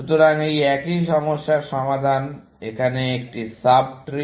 সুতরাং এই একই সমস্যার সমাধান এখানে একটি সাব ট্রি